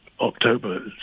October